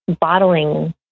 bottling